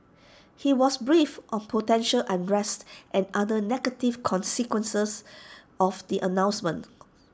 he was briefed on potential unrest and other negative consequences of the announcement